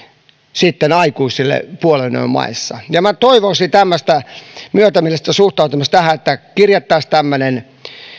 aikuisille puolen yön maissa minä toivoisin myötämielistä suhtautumista tähän niin että kirjattaisiin tämmöinen